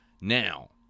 Now